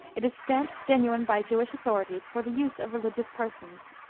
it is stamped genuine by jewish authorities, for the use of religious persons.